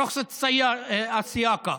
רישיון הנהיגה.